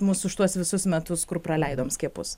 mus už tuos visus metus kur praleidom skiepus